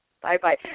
Bye-bye